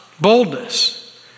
boldness